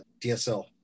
DSL